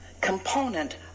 component